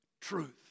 truth